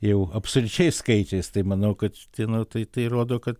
jau absoliučiais skaičiais tai manau kad tai nu tai tai rodo kad